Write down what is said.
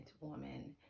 woman